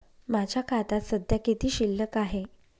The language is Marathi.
माझ्या खात्यात सध्या किती शिल्लक आहे?